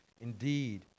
Indeed